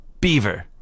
Beaver